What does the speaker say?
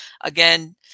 Again